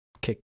kick